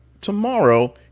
tomorrow